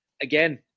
Again